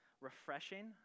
refreshing